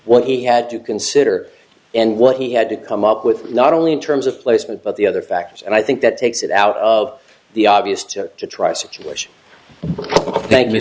what he had to consider and what he had to come up with not only in terms of placement but the other factors and i think that takes it out of the obvious to try situation to thank m